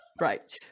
Right